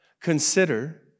Consider